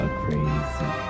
crazy